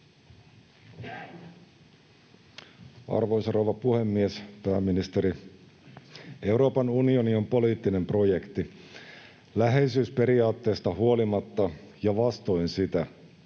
Arvoisa puhemies! Pääministeri, Euroopan unioni on poliittinen projekti. Läheisyysperiaatteesta huolimatta, ja vastoin sitä,